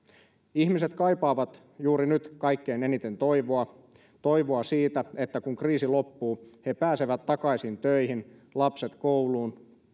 ihmiset kaipaavat juuri nyt kaikkein eniten toivoa toivoa siitä että kun kriisi loppuu he pääsevät takaisin töihin lapset kouluun